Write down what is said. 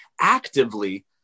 actively